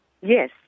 Yes